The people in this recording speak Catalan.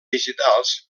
digitals